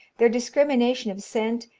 their discrimination of scent,